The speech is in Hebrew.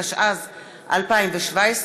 התשע"ז 2017,